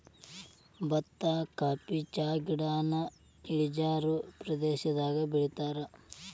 ಬತ್ತಾ ಕಾಫಿ ಚಹಾಗಿಡಾನ ಇಳಿಜಾರ ಪ್ರದೇಶದಾಗ ಬೆಳಿತಾರ